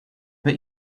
bet